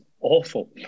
awful